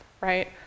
right